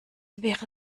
wäre